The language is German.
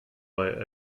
weil